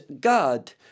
God